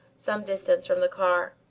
some distance from the car.